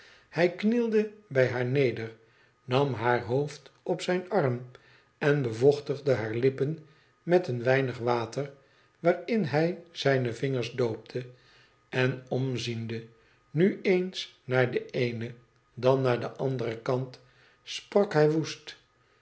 hij knielde bij haar neder nam haar hoofd op zijn arm en bevochtigde hare lippen met een weinig water waarin hij zijne vingers doopte en omziende nu eens naar den eenen dan naar den anderen kant sprak hij woest